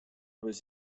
was